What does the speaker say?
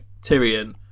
Tyrion